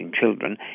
children